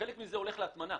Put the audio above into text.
הולך להטמנה.